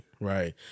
right